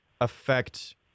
Affect